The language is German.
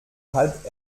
halb